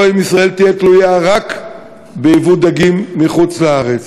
או שישראל תהיה תלויה רק בייבוא דגים מחוץ-לארץ,